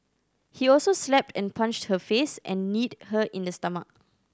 he also slapped and punched her face and kneed her in the stomach